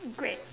great